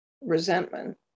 resentment